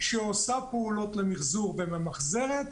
שעושה פעולות למיחזור וממחזרת,